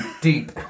deep